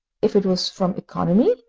if it was from economy,